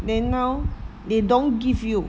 then now they don't give you